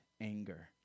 anger